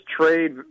trade